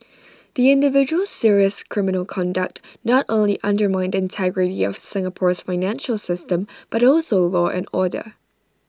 the individual's serious criminal conduct not only undermined the integrity of Singapore's financial system but also law and order